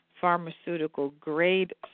pharmaceutical-grade